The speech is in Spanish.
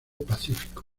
pacífico